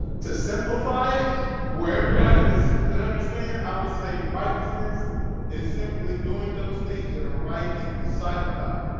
to simplify it where everybody could could understand i would say righteousness is simply doing those things that are right in the sight of god